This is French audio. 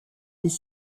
des